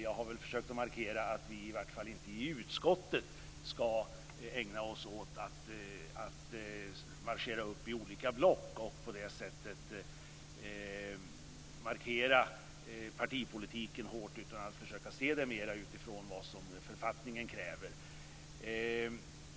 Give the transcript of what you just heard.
Jag har försökt markera att vi i varje fall inte i utskottet ska ägna oss åt att marschera upp i olika block och på det sättet betona partipolitiken hårt, utan ska se det mera utifrån vad författningen kräver.